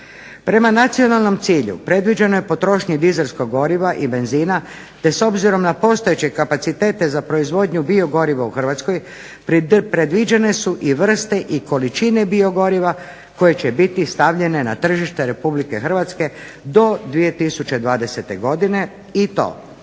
Prema nacionalnom cilju predviđeno je potrošnji dizelskog goriva i benzina, te s obzirom na postojeće kapacitete za proizvodnju biogoriva u Hrvatskoj, predviđene su i vrste i količine biogoriva koje će biti stavljene na tržište Republike Hrvatske do 2020. godine i to: